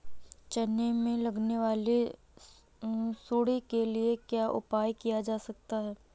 चना में लगने वाली सुंडी के लिए क्या उपाय किया जा सकता है?